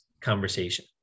conversation